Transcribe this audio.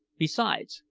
besides,